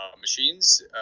machines